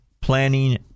planning